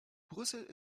brüssel